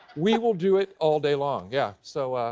we will do it all day long. yeah, so, ah.